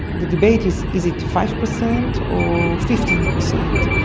the debate is is it five percent or fifteen percent?